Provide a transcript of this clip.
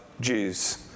Jews